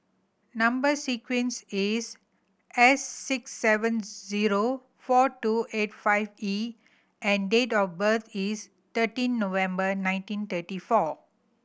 number sequence is S six seven zero four two eight five E and date of birth is thirteen November nineteen thirty four